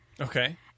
Okay